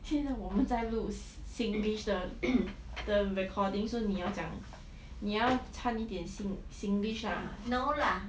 现在我们在录 singlish 的 recording so 你要讲你要讲一点 singlish ah